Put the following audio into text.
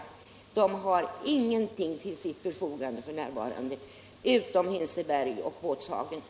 Detta klientel har ingenting till sitt förfogande f.n. utom Hinseberg och Båtshagen.